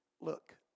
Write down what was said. look